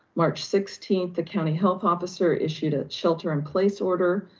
march sixteenth, the county health officer issued a shelter in place order,